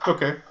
Okay